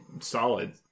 solid